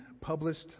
published